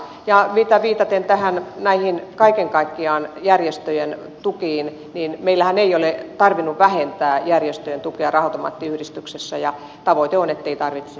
ja viitaten kaiken kaikkiaan näihin järjestöjen tukiin meillähän ei ole tarvinnut vähentää järjestöjen tukea raha automaattiyhdistyksessä ja tavoite on ettei tarvitse